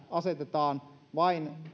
asetetaan vain